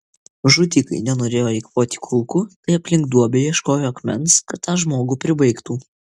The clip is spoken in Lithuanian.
žudikai nenorėjo eikvoti kulkų tai aplink duobę ieškojo akmens kad tą žmogų pribaigtų